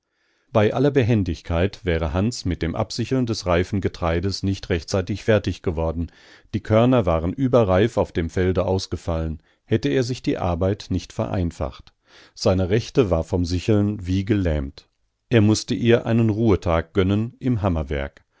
bei aller behendigkeit wäre hans mit dem absicheln des reifen getreides nicht rechtzeitig fertig geworden die körner wären überreif auf dem felde ausgefallen hätte er sich die arbeit nicht vereinfacht seine rechte war vom sicheln wie gelähmt er mußte ihr einen ruhetag gönnen im hammerwerk